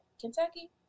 Kentucky